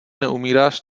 neumíráš